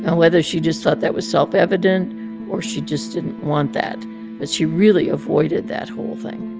and whether she just thought that was self-evident or she just didn't want that but she really avoided that whole thing.